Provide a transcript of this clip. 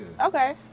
Okay